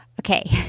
Okay